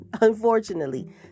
unfortunately